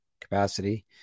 capacity